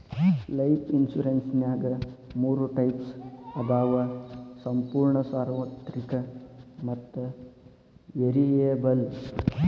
life ಇನ್ಸುರೆನ್ಸ್ನ್ಯಾಗ ಮೂರ types ಅದಾವ ಸಂಪೂರ್ಣ ಸಾರ್ವತ್ರಿಕ ಮತ್ತ ವೇರಿಯಬಲ್